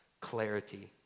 clarity